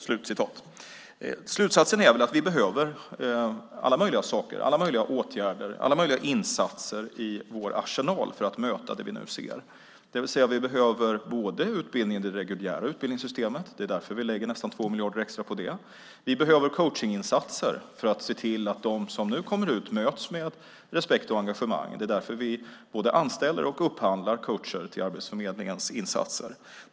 Slutsatsen är att vi behöver alla möjliga saker, alla möjliga åtgärder och alla möjliga insatser i vår arsenal för att möta det vi nu ser. Vi behöver både utbildning i det reguljära utbildningssystemet - det är därför vi lägger nästan 2 miljarder extra på det - och vi behöver coachningsinsatser för att se till att de som nu kommer ut möts med respekt och engagemang. Det är därför vi både anställer och upphandlar coacher till Arbetsförmedlingens insatser.